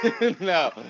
No